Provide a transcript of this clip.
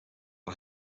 our